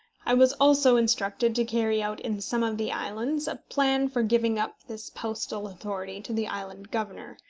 i was also instructed to carry out in some of the islands a plan for giving up this postal authority to the island governor,